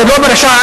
זה עוד לא פרשה,